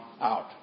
out